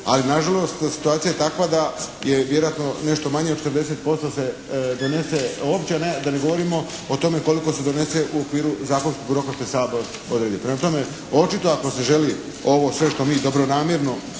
Ali nažalost, situacija je takva da je vjerojatno nešto manje od 40% se donese, uopće ne, da ne govorimo o tome koliko se donese u okviru zakonskog roka koji Sabor odredi. Prema tome, očito ako se želi ovo sve što mi dobronamjerno